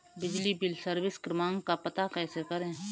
बिजली bill service क्रमांक का पता कैसे करें?